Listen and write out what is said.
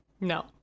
No